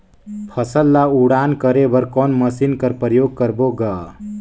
फसल ल उड़ान करे बर कोन मशीन कर प्रयोग करबो ग?